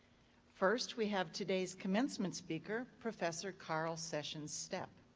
first we have today's commencement speaker, professor carl sessions stepp.